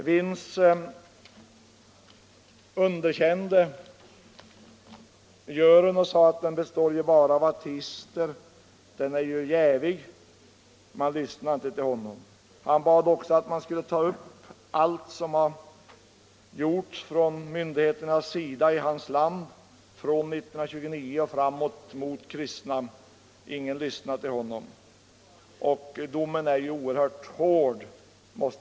Vins underkände juryn och framhöll att den bara bestod av ateister, att den var jävig, men man lyssnade inte till honom. Han anhöll dessutom om att en expertkommission skulle undersöka omfattningen av alla åtgärder som vidtagits mot troende i Sovjet från 1929 och framåt, men ingen lyssnade till honom. Domen är oerhört hård.